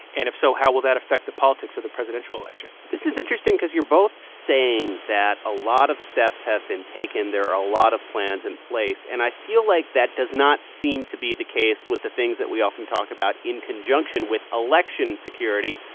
and if so, how will that affect the politics of the presidential election? this is interesting cause you're both saying that a lot of steps have been taken. there are a lot of plans in place. and i feel like that does not seem to be the case with the things that we often talk about in conjunction with election security,